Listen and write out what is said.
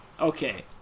Okay